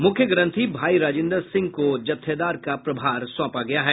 मुख्य ग्रंथी भाई रजिंदर सिंह को जत्थेदार का प्रभार सौंपा गया है